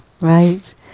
right